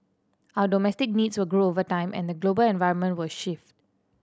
our domestic needs will grow over time and the global environment will shift